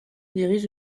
dirige